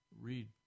read